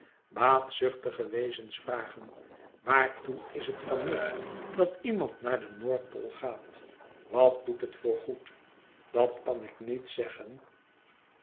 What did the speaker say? baatzuchtige wezens vragen waartoe is het van nut dat iemand naar de noordpool gaat wat doet het voor goed dat kan ik niet zeggen